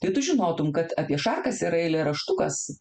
tai tu žinotum kad apie šarkas yra eilėraštukas